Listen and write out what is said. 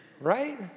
right